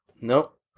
Nope